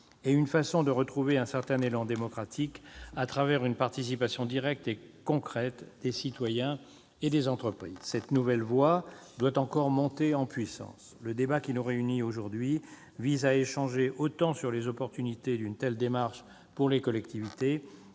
et une façon de retrouver un certain élan démocratique à travers une participation directe et concrète des citoyens et des entreprises. Alors que cette nouvelle voie doit encore monter en puissance, le débat de cet après-midi nous permettra d'échanger autant sur les opportunités d'une telle démarche pour les collectivités